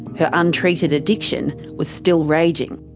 her untreated addiction was still raging.